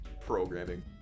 programming